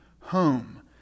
home